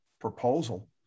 proposal